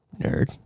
Nerd